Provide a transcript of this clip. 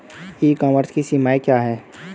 ई commerce की सीमाएं क्या हैं?